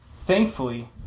Thankfully